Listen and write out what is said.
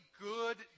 good